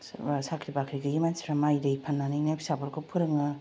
सोरबा साख्रि बाख्रि गैयि मानसिफ्रा माइ दै फाननानैनो फिसाफोरखौ फोरोङो